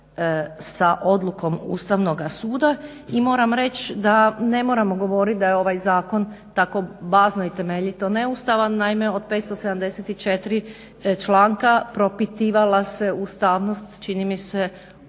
sa odlukom Ustavnoga suda. I moram reći da ne moramo govorit da je ovaj zakon tako bazno i temeljito neustavan, naime od 574 članka propitivala se ustavnost čini mi se